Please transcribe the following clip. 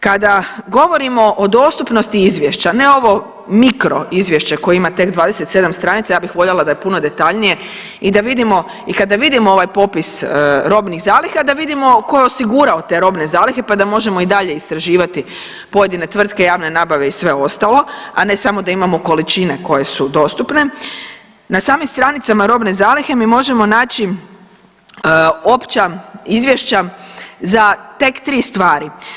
Kada govorimo o dostupnosti izvješća, ne ovo mikro izvješće koje ima tek 27 stranica, ja bih voljela da je puno detaljnije i da vidimo, i kada vidimo ovaj popis robnih zaliha, da vidimo tko je osigurao te robne zalihe pa da možemo i dalje istraživati pojedine tvrtke i javne nabave i sve ostalo, a ne samo da imamo količine koje su dostupne, na samim stranicama robne zalihe mi možemo naći opća izvješća za tek 3 stvari.